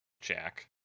Jack